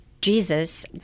Jesus